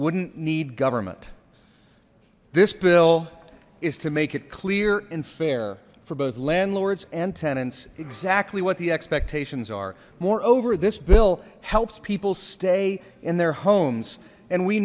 wouldn't need government this bill is to make it clear and fair for both landlords and tenants exactly what the expectations are moreover this bill helps people stay in their homes and we